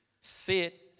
sit